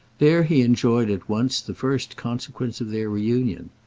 there he enjoyed at once the first consequence of their reunion.